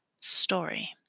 story